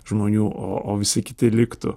žmonių o o visi kiti liktų